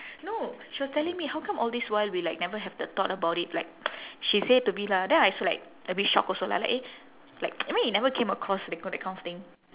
no she was telling me how come all this while we like never have the thought about it like she say to me lah then I also like a bit shocked also lah like eh like I mean it never came across that k~ hat kind of thing